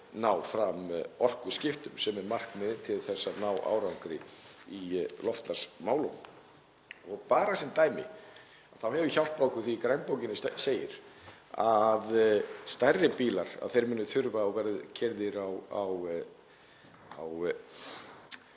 ná fram orkuskiptum, sem er markmiðið til að ná árangri í loftslagsmálum. Sem dæmi þá hefur hjálpað okkur — í grænbókinni segir að stærri bílar munu þurfa að vera keyrðir á